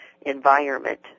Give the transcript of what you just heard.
environment